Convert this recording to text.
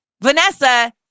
Vanessa